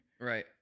Right